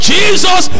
Jesus